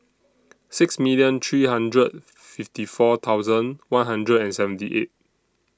six million three hundred fifty four thousand one hundred and seventy eight